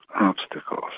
obstacles